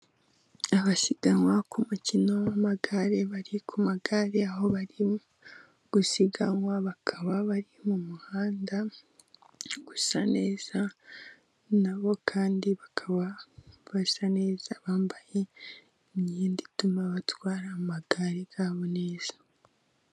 Abasiganwa ku mukino w'amagare bari ku magare aho barimo gusiganwa bakaba bari mu muhanda usa neza, nabo kandi bakaba basa neza bambaye imyenda ituma batwara amagare yabo neza.